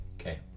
Okay